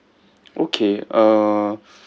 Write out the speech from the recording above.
okay uh